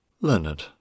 Leonard